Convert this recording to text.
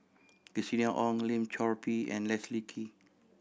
Christina Ong Lim Chor Pee and Leslie Kee